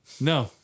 no